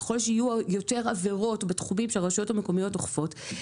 ככל שיהיו יותר עבירות בתחומים שהרשויות המקומיות אוכפות,